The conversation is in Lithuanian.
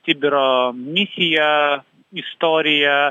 sibiro misiją istoriją